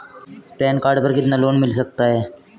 Pan card पर कितना loan मिल सकता है?